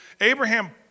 Abraham